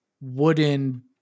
wooden